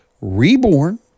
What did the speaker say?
reborn